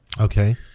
Okay